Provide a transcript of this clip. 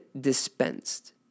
dispensed